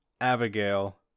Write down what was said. Abigail